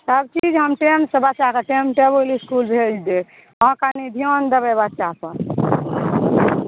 सभचीज हम टाइमसँ बच्चाकेँ टाइम टेबुल इस्कुल भेज देब अहाँ कनी ध्यान देबै बच्चापर